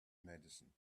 medicine